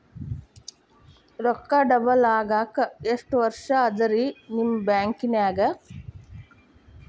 ರೊಕ್ಕ ಡಬಲ್ ಆಗಾಕ ಎಷ್ಟ ವರ್ಷಾ ಅದ ರಿ ನಿಮ್ಮ ಬ್ಯಾಂಕಿನ್ಯಾಗ?